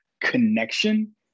connection